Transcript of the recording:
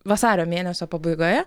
vasario mėnesio pabaigoje